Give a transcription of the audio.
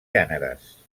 gèneres